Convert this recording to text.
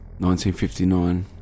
1959